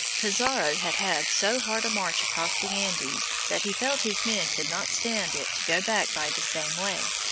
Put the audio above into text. pizarro had had so hard a march across the andes that he felt his men could not stand it to go back by the same way.